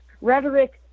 rhetoric